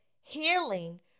healing